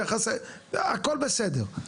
הכל בסדר.